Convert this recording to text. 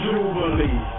Jubilee